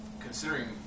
considering